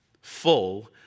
full